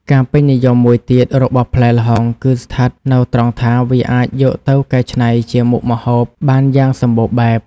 ការពេញនិយមមួយទៀតរបស់ផ្លែល្ហុងគឺស្ថិតនៅត្រង់ថាវាអាចយកទៅកែច្នៃជាមុខម្ហូបបានយ៉ាងសម្បូរបែប។